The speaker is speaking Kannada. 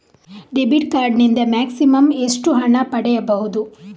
ಡೆಬಿಟ್ ಕಾರ್ಡ್ ನಿಂದ ಮ್ಯಾಕ್ಸಿಮಮ್ ಎಷ್ಟು ಹಣ ಪಡೆಯಬಹುದು?